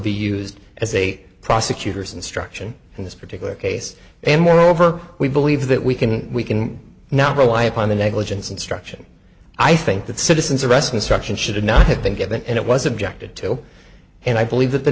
be used as a prosecutor's instruction in this particular case and moreover we believe that we can we can now rely upon the negligence instruction i think that citizen's arrest instruction should not have been given and it was objected to and i believe th